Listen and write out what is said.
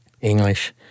English